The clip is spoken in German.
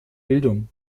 bildung